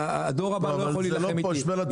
הדור הבא לא יכול להילחם איתי,